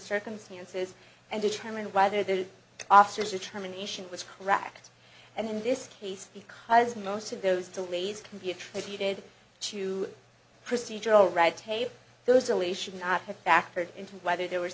circumstances and determine whether the officers determination was correct and in this case because most of those delays can be attributed to procedural red tape those delay should not have factored into whether the